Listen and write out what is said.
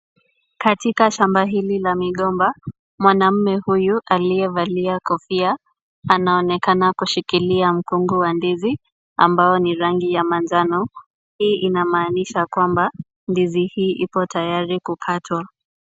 Katika shamba hili la migomba, mwanaume huyu aliyevalia kofia anaonekana kushikilia mkungu wa ndizi ambao ni rangi ya manjano. Hii inamaanisha kwamba ndizi hii iko tayari kukatwa.